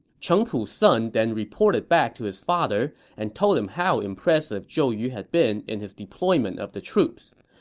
cheng pu's son then reported back to his father and told him how impressive zhou yu had been in his deployment of the troops.